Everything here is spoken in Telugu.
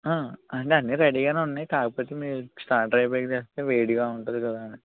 అంటే అన్నీ రెడీగా ఉన్నాయి కాకపోతే మీరు స్టార్టర్ అయిపోయాక తెస్తే వేడిగా ఉంటుంది కదా అని